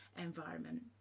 environment